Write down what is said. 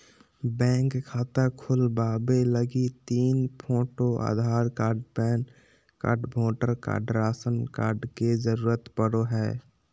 bank खाता खोलबावे लगी तीन photo, Aadhaar card, PAN card, voter card, ration card के जरूरत पड़ो हय